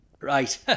Right